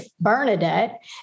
Bernadette